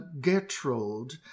Gertrude